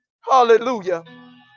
hallelujah